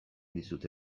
dizute